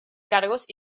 cargos